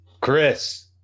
Chris